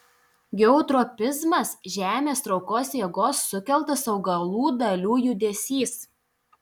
geotropizmas žemės traukos jėgos sukeltas augalų dalių judesys